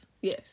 Yes